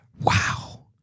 Wow